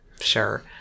sure